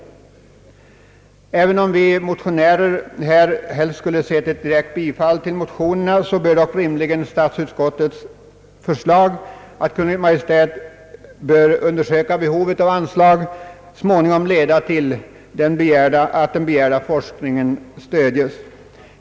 Vi motionärer skulle helst ha sett ett direkt bifall till motionerna, men statsutskottets förslag, att Kungl. Maj:t bör undersöka behovet av anslag, bör dock rimligen leda till att den begärda forskningen stödjes.